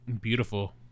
Beautiful